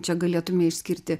čia galėtume išskirti